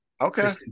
okay